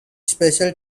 special